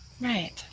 Right